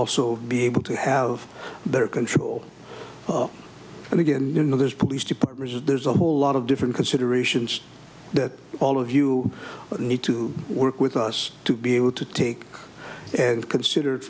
also be able to have better control and again you know this police department says there's a whole lot of different considerations that all of you need to work with us to be able to take and consider